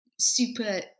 super